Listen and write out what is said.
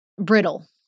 brittle